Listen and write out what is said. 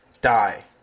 die